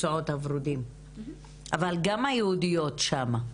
אבל גם היהודיות שם.